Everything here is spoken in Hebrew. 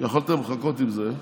יכולתם לחכות עם זה.